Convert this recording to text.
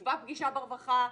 נקבע פגישה ברווחה,